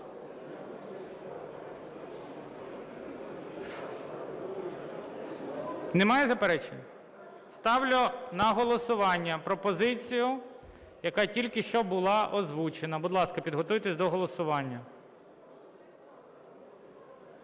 Немає заперечень? Ставлю на голосування пропозицію, яка тільки що була озвучена. Будь ласка, підготуйтесь до голосування.